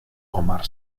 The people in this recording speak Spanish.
omar